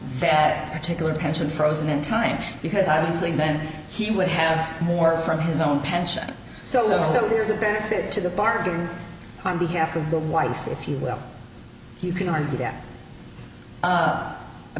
that particular pension frozen in time because obviously then he would have more from his own pension so still there's a benefit to the bargain on behalf of the wife if you will you can argue that a